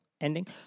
ending